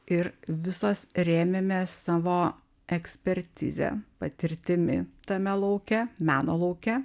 ir visos rėmėmės savo ekspertize patirtimi tame lauke meno lauke